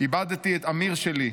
איבדתי את אמיר שלי,